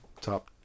top